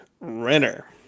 renner